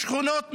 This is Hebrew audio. בשכונות מיוחדות,